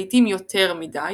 לעיתים יותר מדי,